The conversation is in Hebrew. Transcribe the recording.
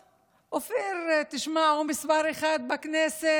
אופיר, תשמע, הוא מס' אחת בכנסת.